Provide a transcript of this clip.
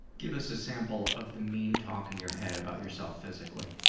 give us a sample of the mean talk in your head about yourself physically?